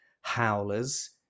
howlers